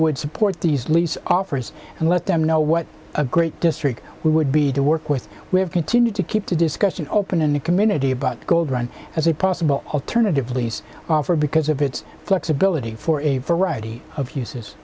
would support these lease offers and let them know what a great district we would be to work with we have continued to keep the discussion open in the community about gold run as a possible alternative lease offer because of its flexibility for a variety of uses